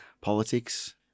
politics